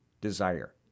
desire